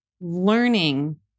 learning